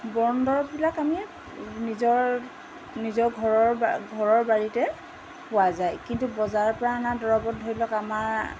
বনদৰৱবিলাক আমি নিজৰ নিজৰ ঘৰৰ ঘৰৰ বাৰীতে পোৱা যায় কিন্তু বজাৰৰপৰা অনা দৰবত ধৰি লওক আমাৰ